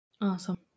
awesome